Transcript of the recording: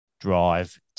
drive